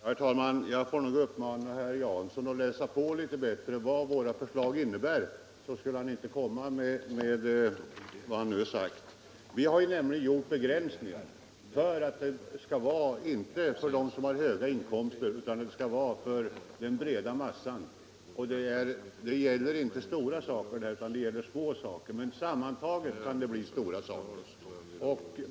Herr talman! Jag får nog uppmana herr Jansson att läsa på litet bättre vad våra förslag innebär. Hade han gjort det, skulle han inte komma med vad han nu har sagt. Vi har nämligen gjort begränsningar för att stimulanserna inte skall vara för dem som har höga inkomster utan för den breda massan. Det gäller här inte stora saker utan småsaker, men sammantaget kan det bli stora saker.